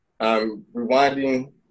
rewinding